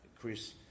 Chris